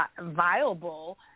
viable